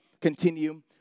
continue